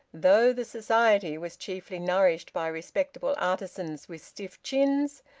though the society was chiefly nourished by respectable artisans with stiff chins,